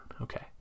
okay